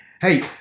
hey